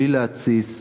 בלי להתסיס,